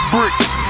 Bricks